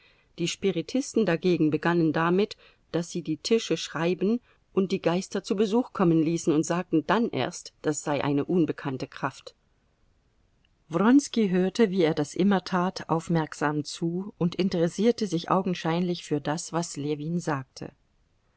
die spiritisten dagegen begannen damit daß sie die tische schreiben und die geister zu besuch kommen ließen und sagten dann erst das sei eine unbekannte kraft wronski hörte wie er das immer tat aufmerksam zu und interessierte sich augenscheinlich für das was ljewin sagte